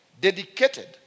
dedicated